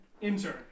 Intern